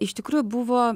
iš tikrųjų buvo